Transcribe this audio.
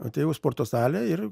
atėjau sporto salę ir